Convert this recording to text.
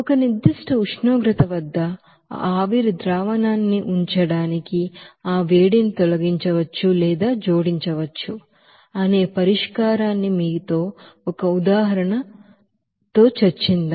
ఒక నిర్దిష్ట ఉష్ణోగ్రత వద్ద ఆ చివరి ಸೊಲ್ಯೂಷನ್న్ని ఉంచడానికి ఆ వేడిని తొలగించవచ్చు లేదా జోడించవచ్చు అనే పరిష్కారాన్ని మీతో ఒక ఉదాహరణ చేద్దాం